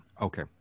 Okay